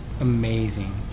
amazing